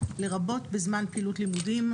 לרבות בזמן פעילות לימודים,